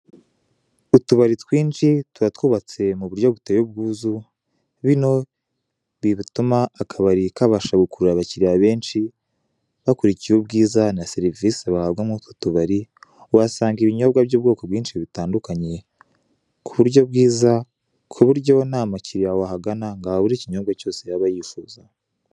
Utubari twinshi tuba twubatse mu buryo buteye ubwuzu, bino bituma akabari kabasha gukurura abakiriya benshi, bakurikiye ubwiza na serivise bahabwa muri utwo tubari, uhasanga ibinyobwa bw'ubwoko bwinshi butandukanye, ku buryo bwiza, ku buryo nta mukiriya wahagana ngo ahabure ikinyobwa cyose yaba yifuza.